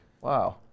wow